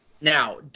Now